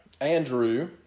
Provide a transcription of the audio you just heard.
Andrew